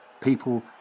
people